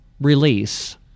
release